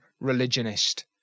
religionist